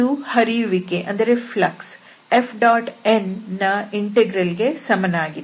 ಇದು ಹರಿಯುವಿಕೆ ಅಂದರೆ Fn ನ ಇಂಟೆಗ್ರಲ್ ಗೆ ಸಮನಾಗಿದೆ